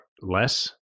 less